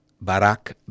Barak